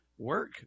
work